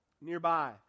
nearby